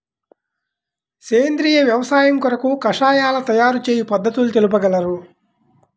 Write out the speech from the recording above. సేంద్రియ వ్యవసాయము కొరకు కషాయాల తయారు చేయు పద్ధతులు తెలుపగలరు?